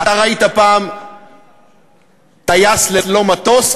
אתה ראית פעם טייס ללא מטוס?